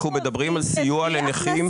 אנחנו מדברים על סיוע לנכים.